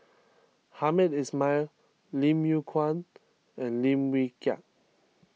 Hamed Ismail Lim Yew Kuan and Lim Wee Kiak